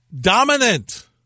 dominant